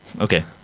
okay